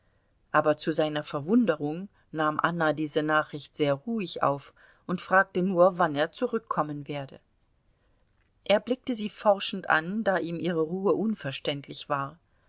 aber zu seiner verwunderung nahm anna diese nachricht sehr ruhig auf und fragte nur wann er zurückkommen werde er blickte sie forschend an da ihm ihre ruhe unverständlich war